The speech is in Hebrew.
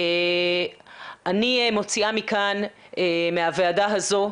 אני מוציאה מהוועדה הזאת,